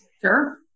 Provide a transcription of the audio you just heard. Sure